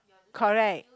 correct